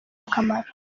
akamaro